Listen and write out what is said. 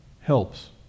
helps